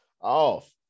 Off